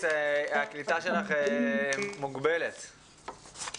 זה לא נוגע באופן ישיר לסוגיה הנדונה